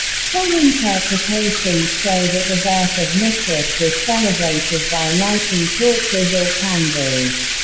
some interpretations show that the birth of mithras was celebrated by lighting torches or candles.